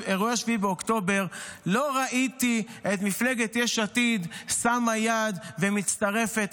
אירועי 7 באוקטובר לא ראיתי את מפלגת יש עתיד שמה יד ומצטרפת